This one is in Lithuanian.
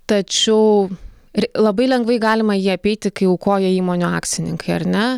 tačiau ir labai lengvai galima jį apeiti kai aukoja įmonių akcininkai ar ne